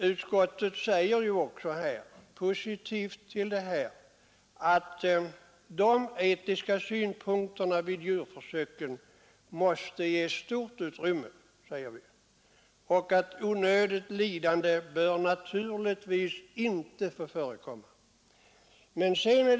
Utskottet ställer sig också positivt till detta och skriver att de etiska synpunkterna vid djurförsöken måste ges stort utrymme och att onödigt lidande naturligtvis inte bör få förekomma.